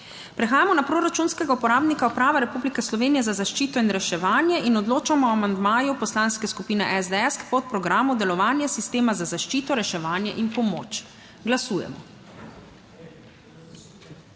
Prehajamo na proračunskega uporabnika Uprava Republike Slovenije za zaščito in reševanje in odločamo o amandmaju Poslanske skupine SDS k podprogramu Delovanje sistema za zaščito, reševanje in pomoč. Glasujemo.